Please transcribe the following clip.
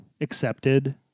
accepted